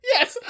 Yes